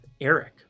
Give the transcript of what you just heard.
Eric